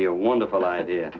be a wonderful idea